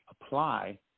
apply